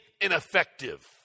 ineffective